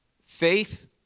faith